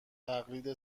تقلید